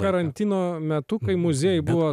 karantino metu kai muziejai buvo